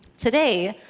today,